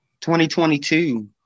2022